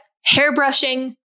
hair-brushing